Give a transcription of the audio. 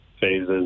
phases